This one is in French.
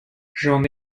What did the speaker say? j’en